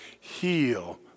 heal